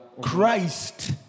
Christ